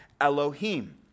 Elohim